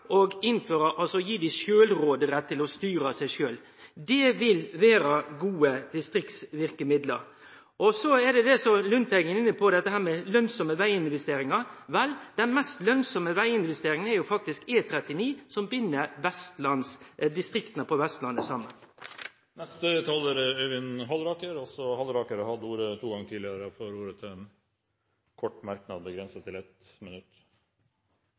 å styre seg sjølve. Det vil vere gode distriktsverkemiddel. Så er Lundteigen inne på dette med lønsame veginvesteringar. Vel, den mest lønsame veginvesteringa er faktisk E39, som bind distrikta på Vestlandet saman. Representanten Øyvind Halleraker har hatt ordet to ganger tidligere og får ordet til en kort merknad, begrenset til 1 minutt.